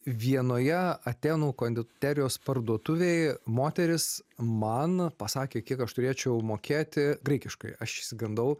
vienoje atėnų konditerijos parduotuvėj moteris man pasakė kiek aš turėčiau mokėti graikiškai aš išsigandau